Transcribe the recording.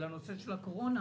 על הנושא של הקורונה.